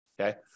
Okay